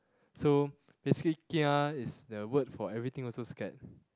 so basically kia is the word for everything also scared